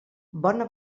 bona